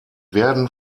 werden